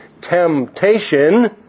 temptation